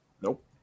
Nope